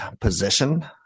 position